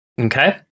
Okay